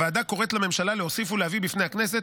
הוועדה קוראת לממשלה להוסיף ולהביא בפני הכנסת